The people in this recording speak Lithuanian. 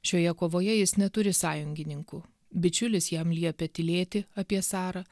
šioje kovoje jis neturi sąjungininkų bičiulis jam liepia tylėti apie sarą